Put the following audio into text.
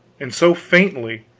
and so faintly,